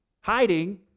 hiding